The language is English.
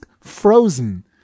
frozen